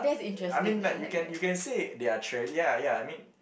I mean like you can you can say they are trea~ ya ya I mean